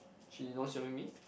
she knows you're with me